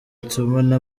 atuma